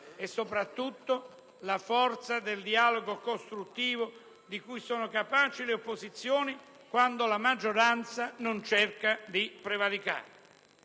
e soprattutto la forza del dialogo costruttivo di cui sono capaci le opposizioni quando la maggioranza non cerca di prevaricare.